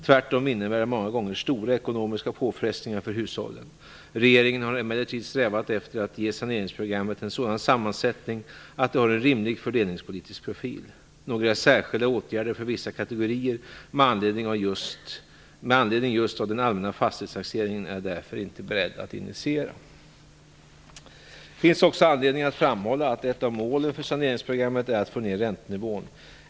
Tvärtom innebär det många gånger stora ekonomiska påfrestningar för hushållen. Regeringen har emellertid strävat efter att ge saneringsprogrammet en sådan sammansättning att det har en rimlig fördelningspolitiskt profil. Några särskilda åtgärder för vissa kategorier med anledning just av den allmänna fastighetstaxeringen är jag därför inte beredd att initiera. Det finns också anledning att framhålla att ett av målen för saneringsprogrammet är att få ner räntenivån.